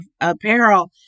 apparel